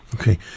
Okay